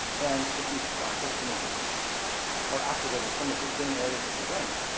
and if these fractal images are activating some of the same areas of the brain,